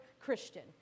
Christian